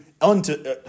unto